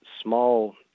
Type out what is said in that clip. small